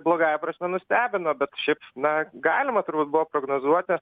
blogąja prasme nustebino bet šiaip na galima turbūt buvo prognozuoti